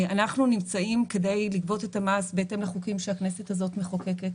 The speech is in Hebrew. אנחנו נמצאים כדי לגבות את המס בהתאם לחוקים שהכנסת הזאת מחוקקת,